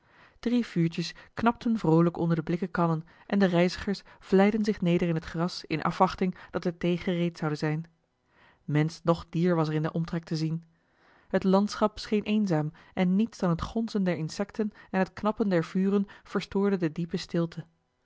drie vuurtjes knapten vroolijk onder de blikken kannen en de reizigers vlijden zich neder in het gras in afwachting dat de thee gereed zoude zijn mensch noch dier was er in den omtrek te zien het landschap scheen eenzaam en niets dan het gonzen der insecten en het knappen der vuren verstoorde de diepe stilte